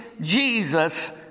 Jesus